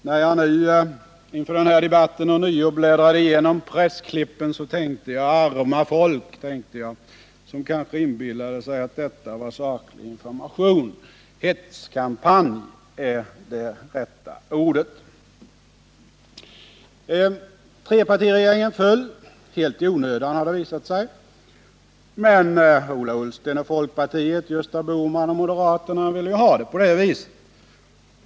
När jag inför den här debatten ånyo bläddrade igenom pressklippen tänkte jag: Arma folk, som kanske inbillade sig att detta var saklig information. Hetskampanj är det rätta ordet. Trepartiregeringen föll — helt i onödan, har det visat sig. Men Ola Ullsten och folkpartiet, Gösta Bohman och moderaterna ville ju ha det så.